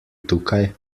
tukaj